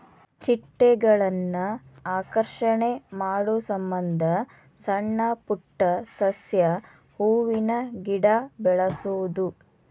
ಚಿಟ್ಟೆಗಳನ್ನ ಆಕರ್ಷಣೆ ಮಾಡುಸಮಂದ ಸಣ್ಣ ಪುಟ್ಟ ಸಸ್ಯ, ಹೂವಿನ ಗಿಡಾ ಬೆಳಸುದು